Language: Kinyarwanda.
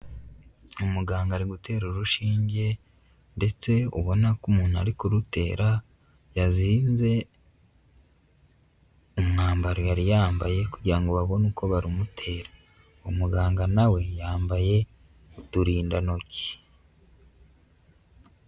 Umuganga ari gutera urushinge ndetse ubona ko umuntu ari kurutera yazinze umwambaro yari yambaye, kugira ngo babone uko barumutera. Umuganga na we yambaye uturindantoki.